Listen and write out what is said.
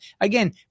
again